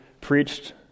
preached